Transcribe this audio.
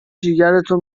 جیگرتو